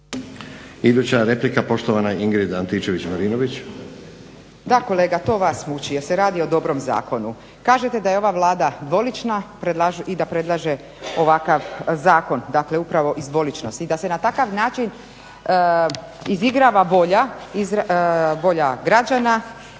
Da, kolega to vas muči jer se radi o dobrom Zakonu. Kažete da je ova Vlada dvolična i da predlaže ovakav zakon. Dakle upravo iz dvoličnosti. I da se na takav način izigrava volja građana